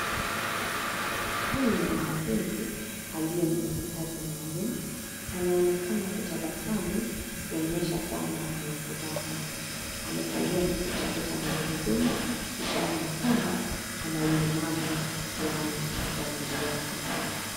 Huyu ni mwanafunzi aliye na mahitaji maalum, anaonekana kutabasamu kuonyesha kwamba anafuraha. Amekalia kiti chake cha magurudumu, ishara ya kwamba ana ulemavu flani wa mwili wake.